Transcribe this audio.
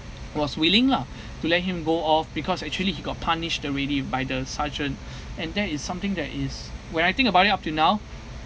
was willing lah to let him go off because actually he got punished already by the sergeant and that is something that is when I think about it up to now